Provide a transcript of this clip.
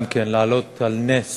גם כן, להעלות על נס